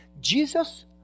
Jesus